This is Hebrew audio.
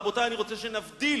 רבותי, אני רוצה שנבדיל